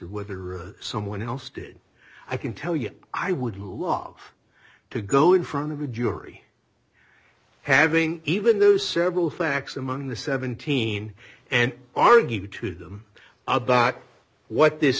whether someone else did i can tell you i would love to go in front of a jury having even those several facts among the seventeen and argue to them about what this